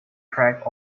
track